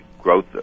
growth